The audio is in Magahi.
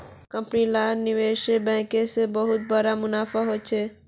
कंपनी लार निवेश बैंकिंग से बहुत बड़का मुनाफा होचे